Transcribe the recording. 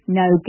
no